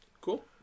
cool